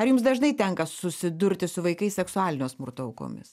ar jums dažnai tenka susidurti su vaikais seksualinio smurto aukomis